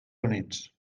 units